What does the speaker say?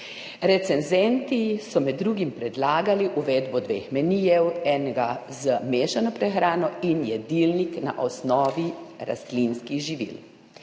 Recenzenti so med drugim predlagali uvedbo dveh menijev, enega z mešano prehrano in jedilnik na osnovi rastlinskih živil.